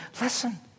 listen